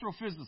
astrophysicist